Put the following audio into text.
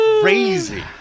crazy